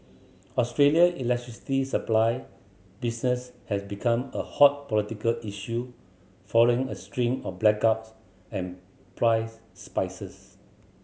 Australia electricity supply business has becomes a hot political issue following a string of blackouts and price spices